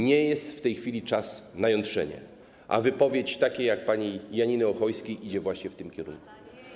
Nie jest w tej chwili czas na jątrzenie, a wypowiedź taka jak pani Janiny Ochojskiej idzie właśnie w tym kierunku.